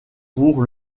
pour